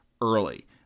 early